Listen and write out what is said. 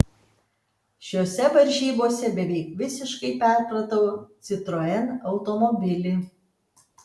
šiose varžybose beveik visiškai perpratau citroen automobilį